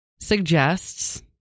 suggests